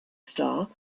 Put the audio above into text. star